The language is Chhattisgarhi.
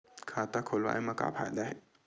खाता खोलवाए मा का फायदा हे